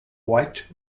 white